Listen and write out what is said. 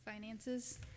Finances